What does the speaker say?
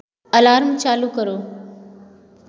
alarm चालू करो